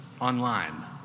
online